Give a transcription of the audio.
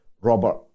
Robert